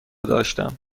داشتم